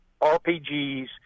RPGs